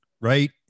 right